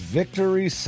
victory